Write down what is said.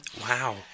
Wow